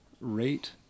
rate